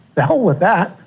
to hell with that.